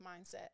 mindset